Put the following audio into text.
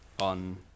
on